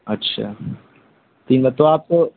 اچھا ٹھیک ہے تو آپ